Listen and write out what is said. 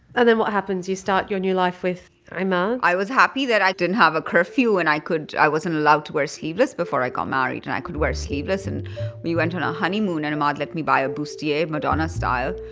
ah then what happens? you start your new life with ahmad? ah i was happy that i didn't have a curfew, and i could i wasn't allowed to wear sleeveless before i got married. and i could wear sleeveless. and we went on a honeymoon, and ahmad let me buy a bustier madonna-style.